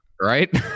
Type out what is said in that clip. right